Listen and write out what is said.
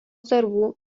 darbų